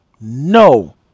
no